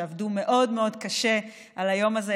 שעבדו מאוד מאוד קשה על היום הזה,